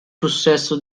possesso